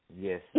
Yes